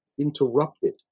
interrupted